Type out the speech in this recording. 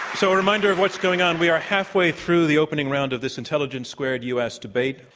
so a reminder of what's going on. we are halfway through the opening round of this intelligence squared u. s. debate.